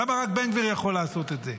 למה רק בן גביר יכול לעשות את זה?